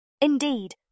Indeed